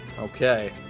Okay